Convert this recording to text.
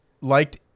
liked